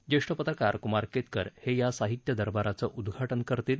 ज्येष्ठ पत्रकार कुमार केतकर हे या साहित्य दरबारचं उद्घाटन करतील